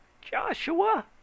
Joshua